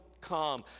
come